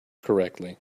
correctly